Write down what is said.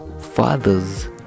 fathers